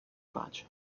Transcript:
pace